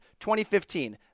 2015